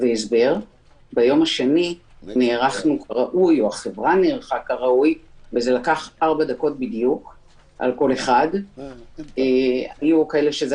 שהדרישות שלנו מהחברה במכרז ובעתיד מכל מי שיציע